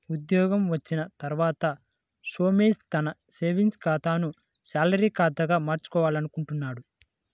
ఉద్యోగం వచ్చిన తర్వాత సోమేష్ తన సేవింగ్స్ ఖాతాను శాలరీ ఖాతాగా మార్చుకోవాలనుకుంటున్నాడు